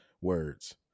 words